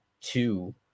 two